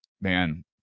man